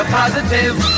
Positive